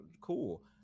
Cool